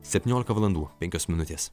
septyniolika valandų penkios minutės